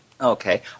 Okay